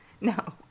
No